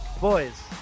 boys